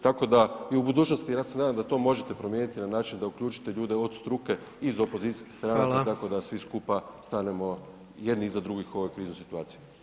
Tako da, i u budućnosti, ja se nadam da to možete promijeniti na način da uključite ljude od struke iz opozicijskih stanaka [[Upadica predsjednik: Hvala.]] tako da svi skupa stanemo jedni iza drugih u ovoj kriznoj situaciji.